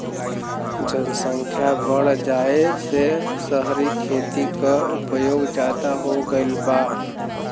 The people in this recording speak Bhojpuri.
जनसख्या बढ़ जाये से सहरी खेती क उपयोग जादा हो गईल बा